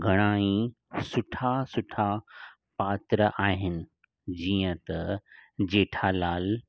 घणाई सुठा सुठा पात्र आहिनि जीअं त जेठालाल